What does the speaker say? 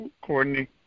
Courtney